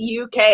UK